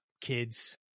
kids